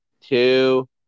Two